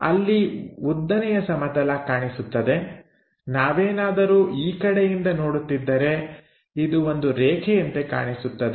ಅಲ್ಲಿ ಉದ್ದನೆಯ ಸಮತಲ ಕಾಣಿಸುತ್ತದೆ ನಾವೇನಾದರೂ ಈ ಕಡೆಯಿಂದ ನೋಡುತ್ತಿದ್ದರೆ ಇದು ಒಂದು ರೇಖೆಯಂತೆ ಕಾಣಿಸುತ್ತದೆ